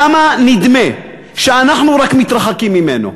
למה נדמה שאנחנו רק מתרחקים ממנו?